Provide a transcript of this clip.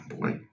boy